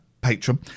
patron